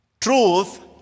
Truth